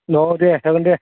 औ दे जागोन दे